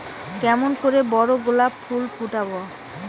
কেমন করে বড় গোলাপ ফুল ফোটাব?